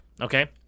Okay